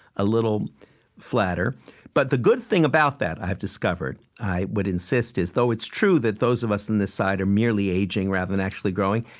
a little flatter but the good thing about that, i have discovered i would insist is, though it's true that those of us on this side are merely aging rather than actually growing,